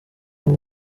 uwo